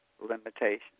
limitations